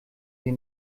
sie